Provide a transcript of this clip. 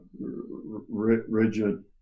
rigid